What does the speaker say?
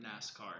NASCAR